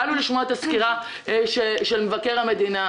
באנו לשמוע את הסקירה של מבקר המדינה.